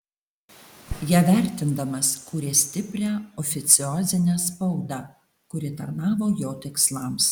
ją vertindamas kūrė stiprią oficiozinę spaudą kuri tarnavo jo tikslams